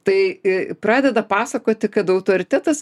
tai pradeda pasakoti kad autoritetas